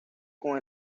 con